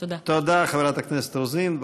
תודה, חברת הכנסת רוזין.